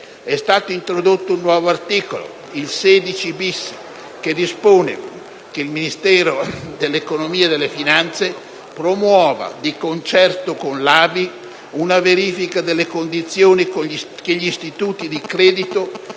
È stato introdotto un nuovo articolo, il 16-*bis*, che dispone che il Ministero dell'economia e delle finanze promuova, di concerto con l'ABI, una verifica delle condizioni che gli istituti di credito